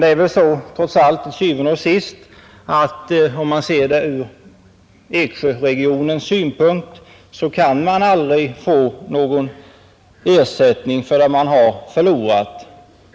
Men om man ser det ur Eksjöregionens synpunkt kan man til syvende og sidst aldrig få någon ersättning för det man har förlorat.